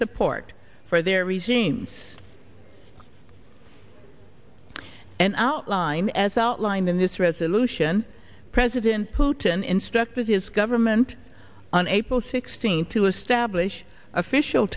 support for their resumes and outline as outlined in this resolution president putin instructed his government on april sixteenth to establish official